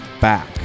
back